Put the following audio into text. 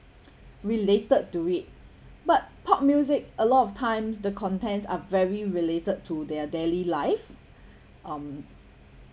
related to it but pop music a lot of times the contents are very related to their daily life um